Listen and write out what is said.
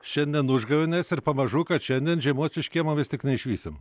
šiandien užgavėnės ir pamažu kad šiandien žiemos iš kiemo vis tik neišvysim